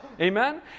amen